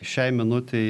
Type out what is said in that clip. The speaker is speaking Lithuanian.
šiai minutei